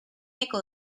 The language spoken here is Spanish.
eco